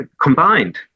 combined